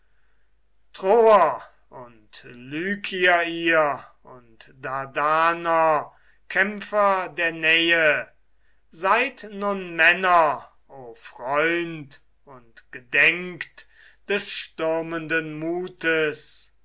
troer und lykier ihr und dardaner kämpfer der nähe seid nun männer o freund und gedenkt des stürmenden mutes